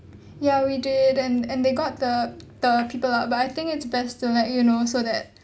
ya we did and and they got the the people lah but I think it's best to let you know so that